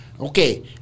Okay